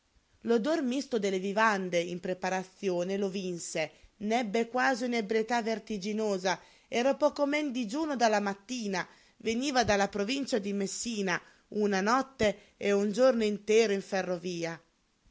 l'odor misto delle vivande in preparazione lo vinse n'ebbe quasi un'ebbrietà vertiginosa era poco men che digiuno dalla mattina veniva dalla provincia di messina una notte e un giorno intero in ferrovia